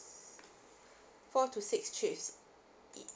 four to six trips